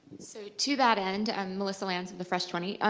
so to that end, and melissa lands of the fresh twenty,